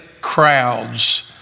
crowds